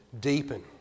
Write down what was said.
deepen